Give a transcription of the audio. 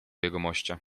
jegomościa